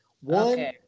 One